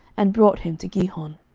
and brought him to gihon.